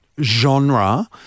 genre